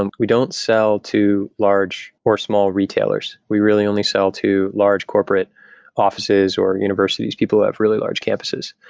and we don't sell to large or small retailers. we really only sell to large corporate offices or universities, people who have really large campuses,